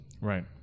Right